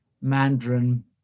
mandarin